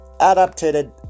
adapted